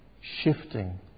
shifting